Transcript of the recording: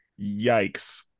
yikes